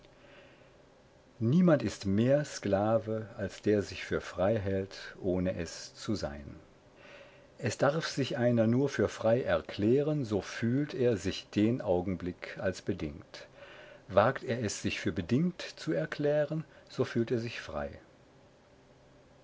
niemand ist mehr sklave als der sich für frei hält ohne es zu sein es darf sich einer nur für frei erklären so fühlt er sich den augenblick als bedingt wagt er es sich für bedingt zu erklären so fühlt er sich frei